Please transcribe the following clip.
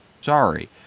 Sorry